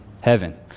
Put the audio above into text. heaven